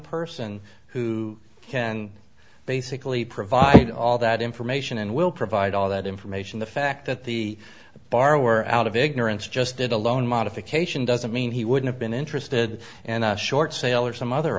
person who can basically provide all that information and will provide all that information the fact that the borrower out of ignorance just did a loan modification doesn't mean he would have been interested and short sale or some other